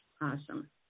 Awesome